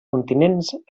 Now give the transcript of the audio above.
continents